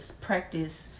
practice